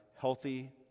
healthy